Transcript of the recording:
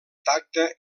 tacte